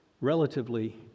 relatively